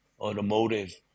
automotive